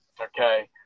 Okay